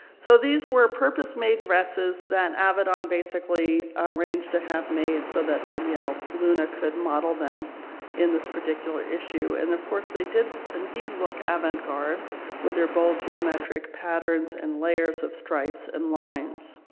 so these were purpose-made dresses that avedon basically arranged to have made so that donyale luna could model them in this particular issue and of course they did indeed look avantgarde with their bold geometric patterns and layers of stripes and lines.